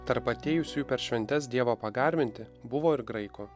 tarp atėjusiųjų per šventes dievo pagarbinti buvo ir graiko